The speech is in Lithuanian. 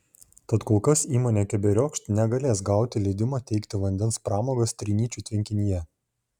tad kol kas įmonė keberiokšt negalės gauti leidimo teikti vandens pramogas trinyčių tvenkinyje